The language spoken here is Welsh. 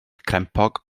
crempog